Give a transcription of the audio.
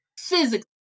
Physically